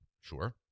sure